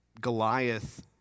Goliath